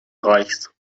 reichs